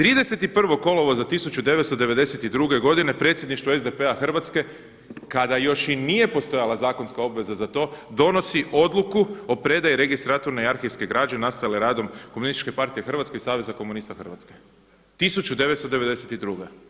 31. kolovoza 1992. godine Predsjedništvo SDP-a Hrvatske, kada još i nije postojala zakonska obveza za to, donosi Odluku o predaji registraturne i arhivske građe nastale radom Komunističke partije Hrvatske i Saveza komunista Hrvatske, 1992.